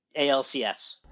ALCS